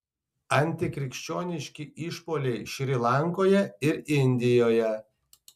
antikrikščioniški išpuoliai šri lankoje ir indijoje